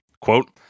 Quote